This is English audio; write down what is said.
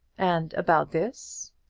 and about this?